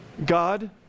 God